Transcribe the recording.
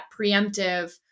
preemptive